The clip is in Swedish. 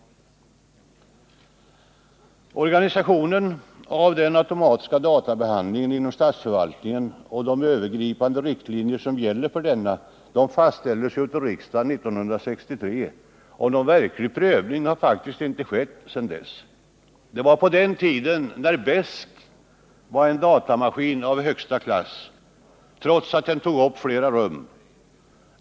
Organisationen av den automatiska databehandlingen inom statsförvaltningen och de övergripande riktlinjer som gäller för denna fastställdes av riksdagen 1963. Någon verklig prövning har faktiskt inte skett sedan dess. På den tiden var BESK en datamaskin av högsta klass, trots att den tog upp flera rum.